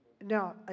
No